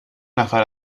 نفر